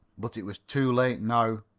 but it was too late now.